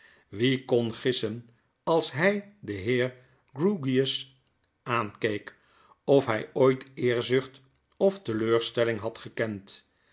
wie kon gissen als hy den heer grewgious aankeek of hy ooit eerzucht of teleurstelling had gekend